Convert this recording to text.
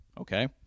Okay